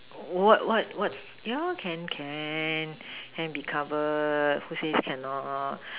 what what what yeah can can can be covered who says cannot